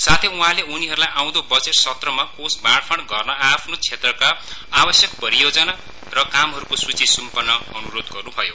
साथै उहाँले उनीहरूलाई आउँदो बजेट सत्रमा कोष बाँडफाँड गर्न आ आफ्नो क्षेत्रका आवश्यक परियोजना र कामहरूको सूची स्म्पिन अन्रोध गर्न्भयो